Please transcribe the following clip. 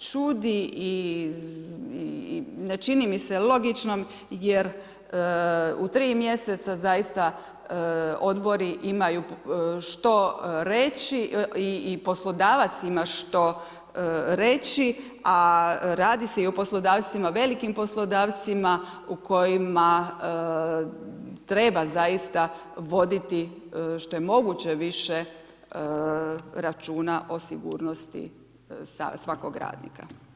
čudi i ne čini mi se logičnom jer u 3 mjeseca zaista odbori imaju što reći i poslodavac ima što reći a radi se i o poslodavcima, velikim poslodavcima u kojima treba zaista voditi što je moguće više računa o sigurnosti svakog radnika.